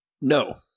No